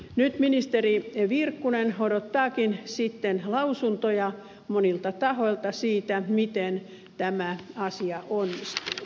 nyt ministeri virkkunen odottaakin sitten lausuntoja monilta tahoilta siitä miten tämä asia onnistuu